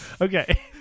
Okay